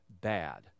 bad